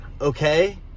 okay